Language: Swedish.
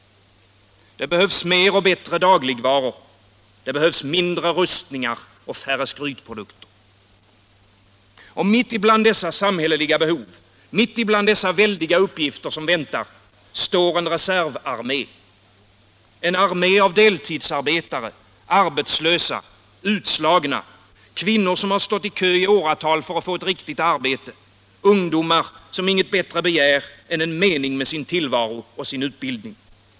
Det behövs mer och bättre dagligvaror. Det behövs mindre rustningar och färre skrytprodukter. Och mitt bland dessa samhälleliga behov, mitt bland dessa väldiga uppgifter som väntar, står en reservarmé. En armé av deltidsarbetare, arbetslösa, utslagna, kvinnor som stått i kö i åratal för att få ett riktigt arbete, ungdomar som inget bättre begär än en mening med sin tillvaro och sin utbildning.